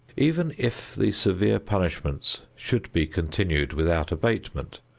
even if the severe punishments should be continued without abatement,